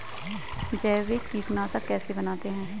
जैविक कीटनाशक कैसे बनाते हैं?